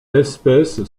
espèce